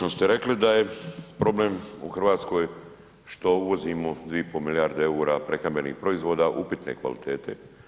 Točno ste rekli da je problem u Hrvatskoj što uvozimo 2,5 milijarde EUR-a prehrambenih proizvoda upitne kvalitete.